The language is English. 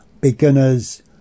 Beginners